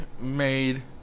made